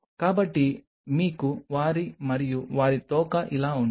కాబట్టి మీకు వారి మరియు వారి తోక ఇలా ఉంటుంది